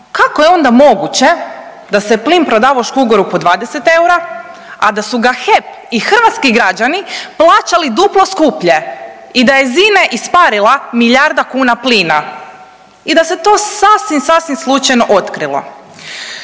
kako je onda moguće da se plin prodavao Škugoru po 20 eura, a da su ga HEP i hrvatski građani plaćali duplo skuplje i da je iz INA-e isparila milijarda kuna plina i da se to sasvim, sasvim slučajno otkrilo.